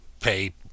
pay